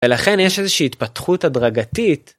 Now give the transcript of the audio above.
ולכן יש איזושהי התפתחות הדרגתית.